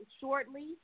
shortly